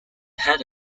had